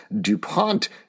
DuPont